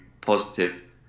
positive